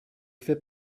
fait